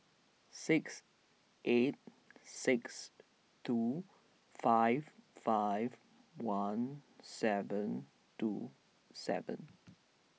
six eight six two five five one seven two seven